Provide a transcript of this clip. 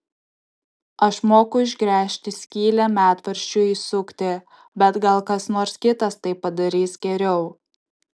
aš moku išgręžti skylę medvaržčiui įsukti bet gal kas nors kitas tai padarys geriau